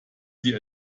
sie